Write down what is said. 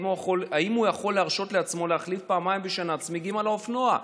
אם הוא יכול להרשות לעצמו להחליף פעמיים בשנה את הצמיגים של האופנוע.